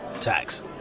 tax